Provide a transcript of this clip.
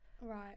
Right